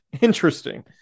Interesting